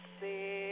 see